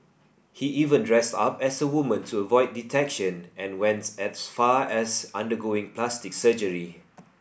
he even dressed up as a woman to avoid detection and went as far as undergoing plastic surgery